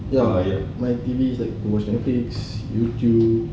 ya my T_V is like to watch Netflix YouTube